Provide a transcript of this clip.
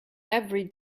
every